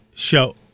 Show